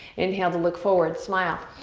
inhale to look forward, smile.